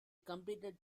completed